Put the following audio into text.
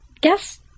guess